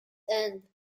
end